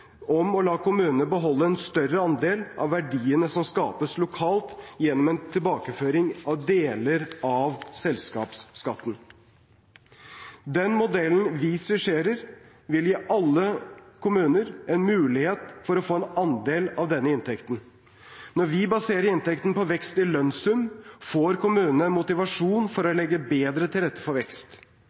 om å la kommunene beholde en større andel av verdiene som skapes lokalt, gjennom en tilbakeføring av deler av selskapsskatten. Den modellen vi skisserer, vil gi alle kommuner en mulighet til å få en andel av denne inntekten. Når vi baserer inntekten på vekst i lønnssum, får kommunene en motivasjon til å legge bedre til rette for vekst.